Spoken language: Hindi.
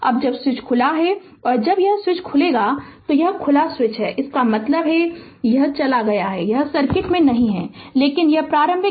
अब जब स्विच खुला है जब यह स्विच खुला है यह खुला है यह स्विच खुला है इसका मतलब है कि यह चला गया है यह सर्किट में नहीं है लेकिन हम प्रारंभिक धारा को जानते हैं I0 2 एम्पीयर